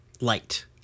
light